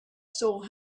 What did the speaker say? stall